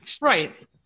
Right